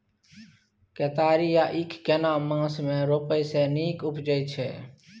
केतारी या ईख केना मास में रोपय से नीक उपजय छै?